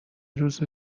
روز